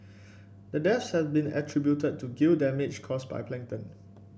the deaths have been attributed to gill damage caused by plankton